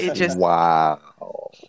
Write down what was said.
Wow